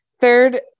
Third